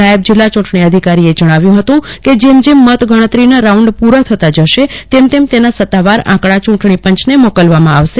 નાયબ જિલ્લા યુંટણી અધિકારીએ જણાવ્યુ હતું કે જેમ જેમ મત ગણતરીના રાઉન્ડ પુરા થતાં જશે તેમ તેમ તેના સત્તાવાર આંકડા ચુંટણી પંચને મોકલવામાં આવશે